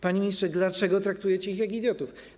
Panie ministrze, dlaczego traktujecie ich jak idiotów?